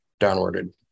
downwarded